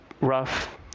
rough